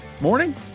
morning